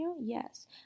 yes